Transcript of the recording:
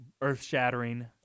earth-shattering